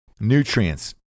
nutrients